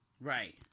Right